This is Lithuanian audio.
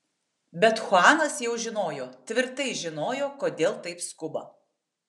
bet chuanas jau žinojo tvirtai žinojo kodėl taip skuba